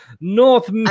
North